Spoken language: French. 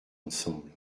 ensemble